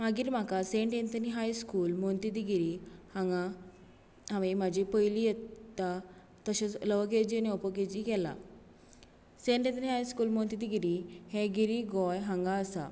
मागीर म्हाका saint Anthony high school Monte de Guirim हांगां हांवे म्हजी पयली यत्ता तशेंच लोवर केजी आनी अपर केजी केलां हाय स्कूल माँत द गिरी हें गिरी गोंय हांगां आसा